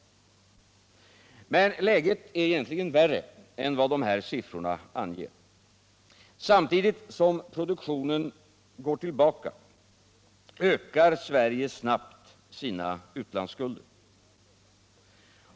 Men läget är egentligen värre än vad de här siffrorna anger. Samtidigt som produktionen går tillbaka ökar Sverige snabbt sina utlandsskulder.